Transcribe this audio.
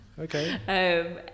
okay